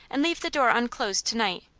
and leave the door unclosed to-night,